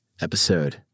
episode